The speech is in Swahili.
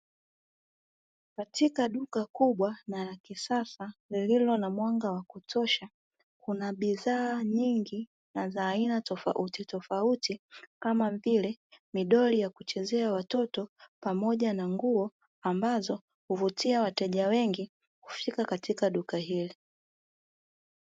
Katika duka kubwa na la kisasa lililo na mwanga wa kutosha kuna bidhaa nyingi na za aina tofautitofauti, kama vile midoli ya kuchezea watoto pamoja na nguo ambazo huvutia wateja wengi kufika katika duka hilo.